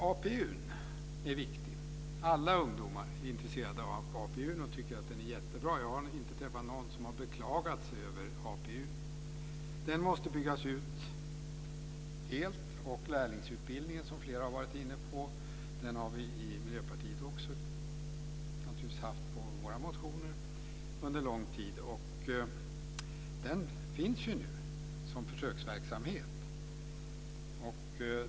APU:n är viktig. Alla ungdomar är intresserade av APU:n och tycker att den är jättebra. Jag har inte träffat någon som har beklagat sig över APU:n. Den måste byggas ut helt och lärlingsutbildningen som flera har varit inne på har vi i Miljöpartiet naturligtvis också haft med i våra motioner under lång tid. Den finns ju nu som försöksverksamhet.